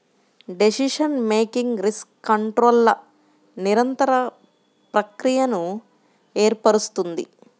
decision making risk కంట్రోల్ల నిరంతర ప్రక్రియను ఏర్పరుస్తుంది